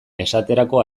esterako